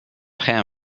ham